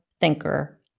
thinker